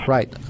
Right